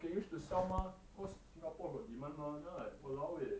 can use to sell mah cause singapore got demand mah then I'm like !walao! eh